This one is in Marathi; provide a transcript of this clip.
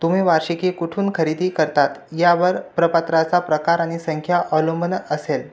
तुम्ही वार्षिकी कुठून खरेदी करतात यावर प्रपत्राचा प्रकार आणि संख्या अवलंबून असेल